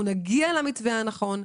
אנחנו נגיע למתווה הנכון,